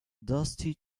dusty